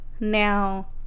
Now